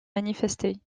manifester